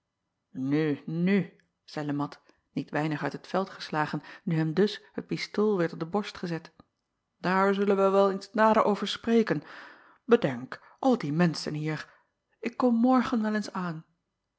u nu zeî e at niet weinig uit het veld acob van ennep laasje evenster delen geslagen nu hem dus het pistool werd op de borst gezet daar zullen wij wel eens nader over spreken bedenk al die menschen hier ik kom morgen wel eens aan